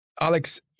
Alex